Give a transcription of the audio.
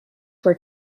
were